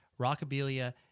Rockabilia